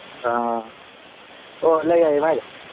ꯑꯥ ꯑꯣ ꯂꯩ ꯍꯥꯏꯌꯦ ꯃꯥꯏꯗꯣ